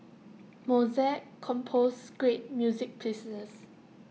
Mozart composed great music pieces